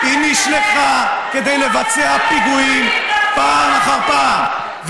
היא נשלחה כדי לבצע פיגועים פעם אחר פעם,